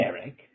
Eric